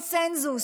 בקונסנזוס.